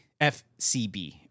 FCB